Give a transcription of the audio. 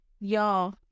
Y'all